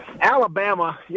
Alabama